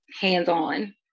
hands-on